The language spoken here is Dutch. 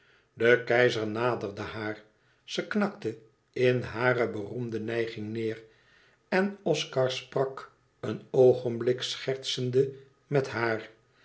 de keizer naderde haar ze knakte in hare beroemde nijging neêr en oscar sprak een oogenblik schertsende met haar